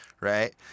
right